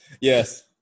Yes